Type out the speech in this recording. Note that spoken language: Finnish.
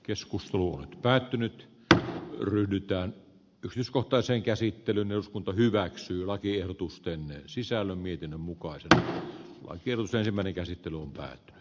keskustelu on päättynyt tähän ryhdytään grisko toisen käsittelyn eduskunta hyväksyy lakiehdotusten sisällön mietinnön mukaan sitä on keltaisen värikäsitteluun tai b